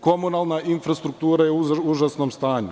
Komunalna infrastruktura je u užasnom stanju.